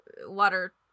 water